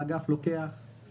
לאגף לוקח